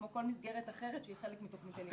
כמו כל מסגרת אחרת שהיא חלק מתכנית הלימודים.